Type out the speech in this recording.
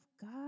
God